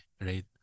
right